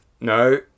No